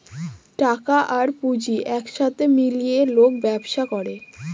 টাকা আর পুঁজি এক সাথে মিলিয়ে লোক ব্যবসা করে